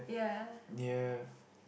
near